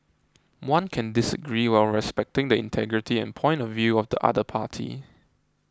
one can disagree while respecting the integrity and point of view of the other party